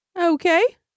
Okay